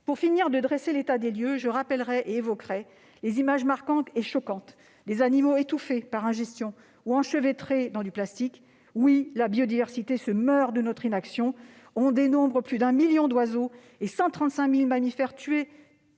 Pour finir de dresser l'état des lieux, je veux évoquer les images marquantes et choquantes d'animaux étouffés par ingestion, ou enchevêtrés dans du plastique. Oui, la biodiversité se meurt de notre inaction. On dénombre plus d'un million d'oiseaux et 135 000 mammifères tués